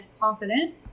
confident